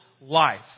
life